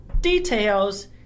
details